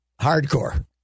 hardcore